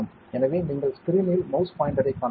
எனவே நீங்கள் ஸ்கிரீனில் மவுஸ் பாயிண்டரைக் காணலாம்